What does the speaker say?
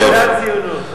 זו הציונות.